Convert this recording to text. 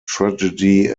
tragedy